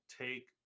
take